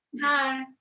Hi